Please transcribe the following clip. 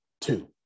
two